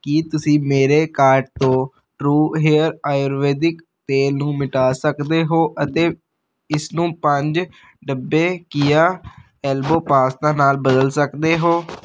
ਕੀ ਤੁਸੀਂ ਮੇਰੇ ਕਾਰਟ ਤੋਂ ਟਰੂ ਹੇਅਰ ਆਯੁਰਵੈਦਿਕ ਤੇਲ ਨੂੰ ਮਿਟਾ ਸਕਦੇ ਹੋ ਅਤੇ ਇਸਨੂੰ ਪੰਜ ਡੱਬੇ ਕਿਆ ਐਲਬੋ ਪਾਸਤਾ ਨਾਲ ਬਦਲ ਸਕਦੇ ਹੋ